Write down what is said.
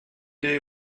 they